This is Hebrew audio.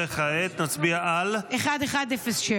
כעת נצביע על --- 1107.